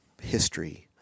history